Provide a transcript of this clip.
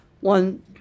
one